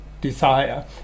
desire